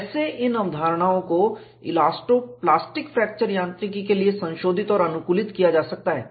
कैसे इन अवधारणाओं को इलास्टो प्लास्टिक फ्रैक्चर यांत्रिकी के लिए संशोधित और अनुकूलित किया जा सकता है